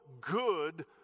good